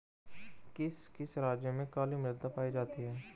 किस किस राज्य में काली मृदा पाई जाती है?